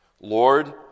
Lord